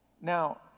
Now